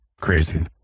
crazy